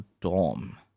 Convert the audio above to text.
dorm